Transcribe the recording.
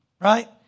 right